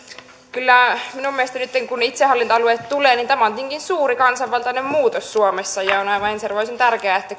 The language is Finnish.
kyllä minun mielestäni nytten kun itsehallintoalueet tulevat tämä on tietenkin suuri kansanvaltainen muutos suomessa ja ja on kyllä aivan ensiarvoisen tärkeää että